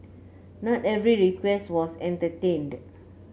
not every request was entertained